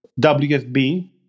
WFB